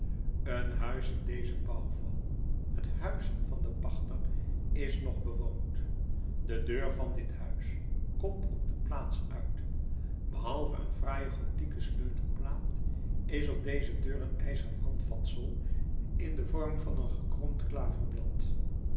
een huis in dezen bouwval het huis van den pachter is nog bewoond de deur van dit huis komt op de plaats uit behalve een fraaie gothieke sleutelplaat is op deze deur een ijzeren handvatsel in den vorm van een gekromd